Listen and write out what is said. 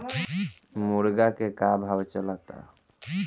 मुर्गा के का भाव चलता?